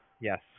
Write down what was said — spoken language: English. Yes